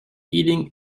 eating